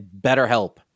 BetterHelp